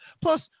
Plus